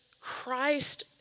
Christ